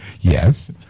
Yes